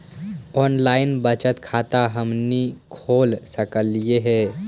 Online बचत खाता हमनी खोल सकली हे?